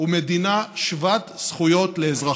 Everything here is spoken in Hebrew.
ומדינה שוות זכויות לאזרחיה.